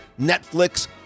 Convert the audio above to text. Netflix